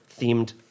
Themed